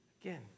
again